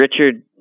Richard